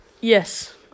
Yes